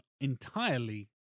entirely